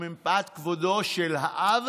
ומפאת כבודו של האב